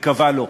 שתיקבע לו,